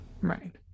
Right